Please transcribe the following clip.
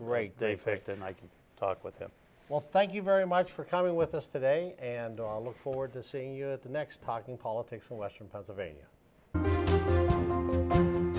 great they faked it i can talk with him well thank you very much for coming with us today and all look forward to seeing you at the next talking politics western pennsylvania